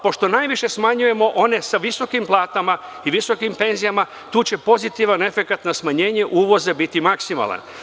Pošto najviše smanjujemo one sa visokim platama i visokim penzijama, tu će pozitivan efekat na smanjenje uvoza biti maksimalan.